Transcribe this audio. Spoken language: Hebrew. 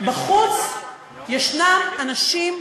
בחוץ יש אנשים,